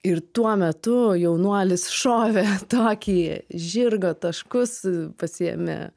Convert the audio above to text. ir tuo metu jaunuolis šovė tokį žirgo taškus pasiėmė